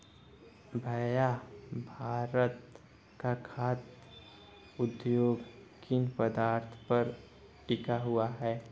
भैया भारत का खाघ उद्योग किन पदार्थ पर टिका हुआ है?